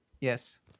Yes